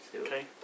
Okay